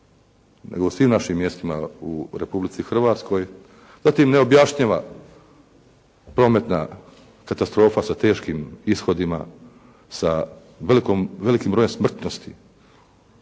nego u svim našim mjestima u Republici Hrvatskoj. Zatim neobjašnjiva prometna katastrofa sa teškim ishodima sa velikim brojem smrtnosti